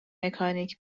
مکانیک